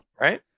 right